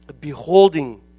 beholding